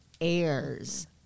heirs